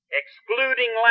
excluding